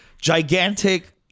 gigantic